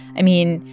i mean,